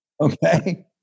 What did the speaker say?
Okay